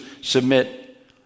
submit